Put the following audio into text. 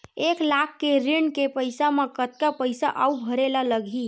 एक लाख के ऋण के पईसा म कतका पईसा आऊ भरे ला लगही?